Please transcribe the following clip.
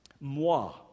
Moi